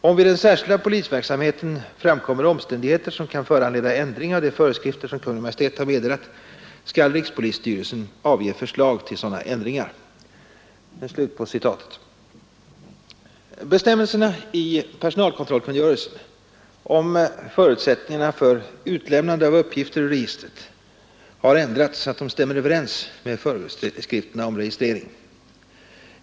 Om vid den särskilda polisverksamheten framkommer omständigheter som kan föranleda ändring av de föreskrifter som Kungl. Maj:t har meddelat skall rikspolisstyrelsen avge förslag till sådana ändringar.” Bestämmelserna i personalkontrollkungörelsen om förutsättningarna för utlämnande av uppgifter ur registret har ändrats så att de stämmer överens med föreskrifterna om registrering.